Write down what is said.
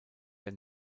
der